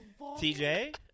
TJ